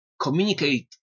communicate